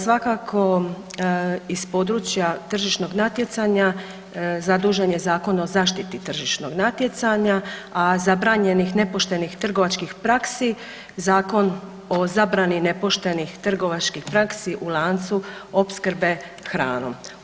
Svakako, iz područja tržišnog natjecanja, zadužen je Zakon o zaštiti tržišnog natjecanja, a zabranjenih nepoštenih trgovačkih praksi Zakon o zabrani nepoštenih trgovačkih praksi u lancu opskrbe hranom.